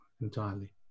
entirely